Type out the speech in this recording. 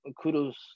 kudos